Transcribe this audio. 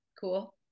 Cool